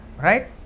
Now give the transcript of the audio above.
Right